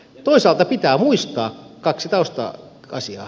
toisaalta pitää muistaa kaksi tausta asiaa